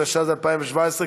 התשע"ז 2017,